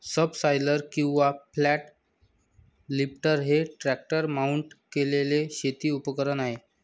subsoiler किंवा flat lifter हे tractor mount केलेले शेती उपकरण आहे